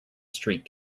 street